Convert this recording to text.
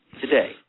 Today